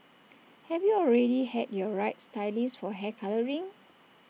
have you already had your right stylist for hair colouring